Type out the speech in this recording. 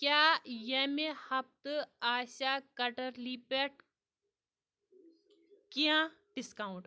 کیٛاہ ییٚمہِ ہفتہٕ آسیا کیٹرلی پٮ۪ٹھ کینٛہہ ڈسکاونٹ